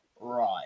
Right